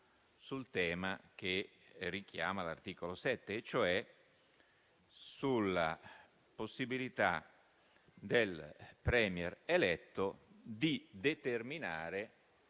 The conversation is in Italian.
sul tema che richiama l'articolo 7, e cioè sulla possibilità del *Premier* eletto di determinare